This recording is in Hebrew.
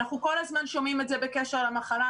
אנחנו כל הזמן שומעים את זה בקשר למחלה.